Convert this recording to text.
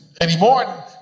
anymore